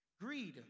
Greed